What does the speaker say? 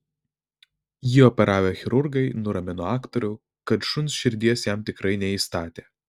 jį operavę chirurgai nuramino aktorių kad šuns širdies jam tikrai neįstatė